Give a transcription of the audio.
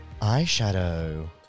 Eyeshadow